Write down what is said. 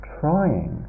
trying